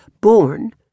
born